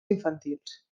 infantils